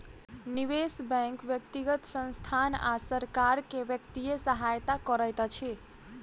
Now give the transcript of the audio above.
निवेश बैंक व्यक्तिगत संसथान आ सरकार के वित्तीय सहायता करैत अछि